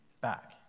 back